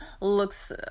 looks